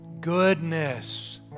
goodness